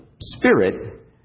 spirit